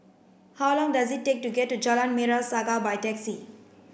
how long does it take to get to Jalan Merah Saga by taxi